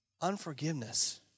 unforgiveness